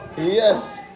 Yes